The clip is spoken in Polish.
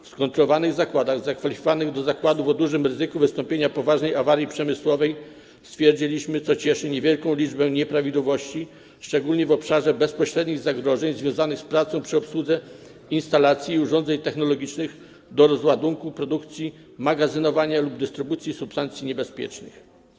W skontrolowanych zakładach zakwalifikowanych do zakładów o dużym ryzyku wystąpienia poważnej awarii przemysłowej stwierdziliśmy, co cieszy, niewielką liczbę nieprawidłowości, szczególnie w obszarze bezpośrednich zagrożeń związanych z pracą przy obsłudze instalacji i urządzeń technologicznych do rozładunku, produkcji, magazynowania lub dystrybucji substancji niebezpiecznych.